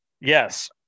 Yes